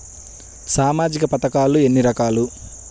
సామాజిక పథకాలు ఎన్ని రకాలు?